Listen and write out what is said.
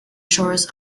shores